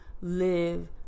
live